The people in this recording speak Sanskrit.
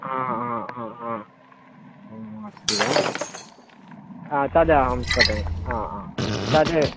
हा हा हा हा अस्ति वा तद् अहं तद्